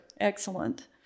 Excellent